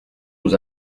nous